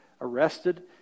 arrested